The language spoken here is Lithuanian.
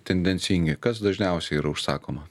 tendencingi kas dažniausiai yra užsakoma